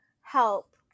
help